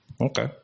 Okay